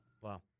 Wow